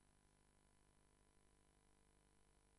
וזה הופך להיות מעמסה רצינית ביותר על התושבים.